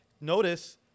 notice